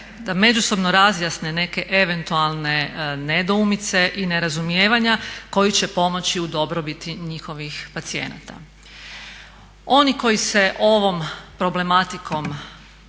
da međusobno razjasne neke eventualne nedoumice i nerazumijevanja koji će pomoći u dobrobiti njihovih pacijenata. Oni koji se ovom problematikom